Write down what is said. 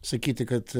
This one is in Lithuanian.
sakyti kad